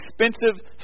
expensive